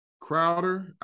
Crowder